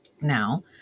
Now